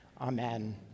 Amen